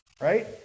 right